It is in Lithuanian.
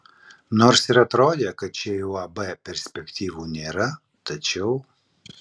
nors ir atrodė kad šiai uab perspektyvų nėra tačiau